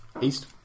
East